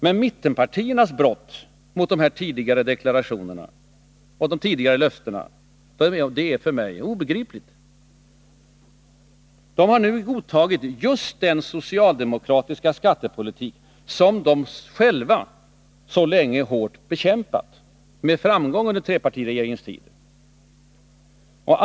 Men mittenpartiernas brott mot de här tidigare deklarationerna och de tidigare löftena är för mig obegripligt. De har nu godtagit just den socialdemokratiska politik som de själva så länge hårt bekämpat — med framgång under trepartiregeringens tid.